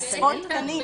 שזה עשרות תקנים.